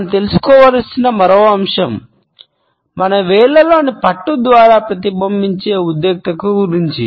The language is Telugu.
మనం తెలుసుకోవలసిన మరో అంశం మన వేళ్ళలోని పట్టు ద్వారా ప్రతిబింబించే ఉద్రిక్తత గురించి